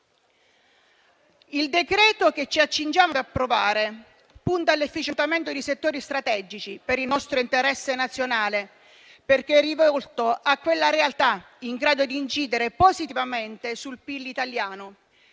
Il decreto-legge che ci accingiamo a convertire punta all'efficientamento di settori strategici per il nostro interesse nazionale, perché è rivolto a quelle realtà in grado di incidere positivamente sul PIL italiano